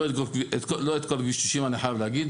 לא את כל כביש 90, אני חייב להגיד.